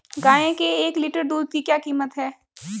गाय के एक लीटर दूध की क्या कीमत है?